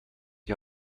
die